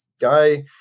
guy